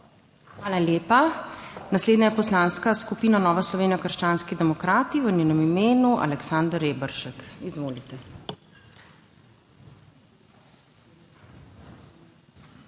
Hvala lepa. Naslednja je Poslanska skupina Nova Slovenija – krščanski demokrati, v njenem imenu Aleksander Reberšek. Izvolite. ALEKSANDER